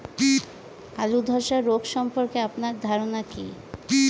আলু ধ্বসা রোগ সম্পর্কে আপনার ধারনা কী?